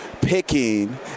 picking